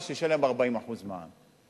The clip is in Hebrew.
אבל שישלם 40% מע"מ.